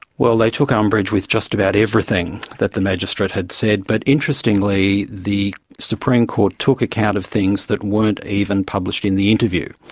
well, they took ah umbrage with just about everything that the magistrate had said, but interestingly the supreme court took account of things that weren't even published in the interview.